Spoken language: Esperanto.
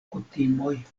kutimoj